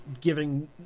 giving